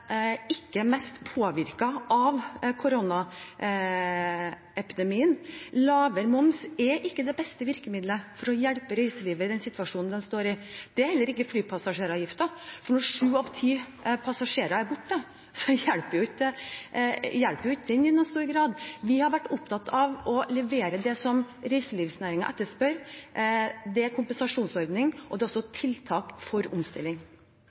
ikke er mest påvirket av koronapandemien. Lavere moms er ikke det beste virkemiddelet for å hjelpe reiselivet i den situasjonen de står i. Det er heller ikke flypassasjeravgiften, for når sju av ti passasjerer er borte, hjelper jo ikke den i noen stor grad. Vi har vært opptatt av å levere det reiselivsnæringen etterspør. Det er en kompensasjonsordning, og det er også tiltak for omstilling.